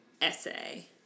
essay